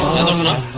gentlemen on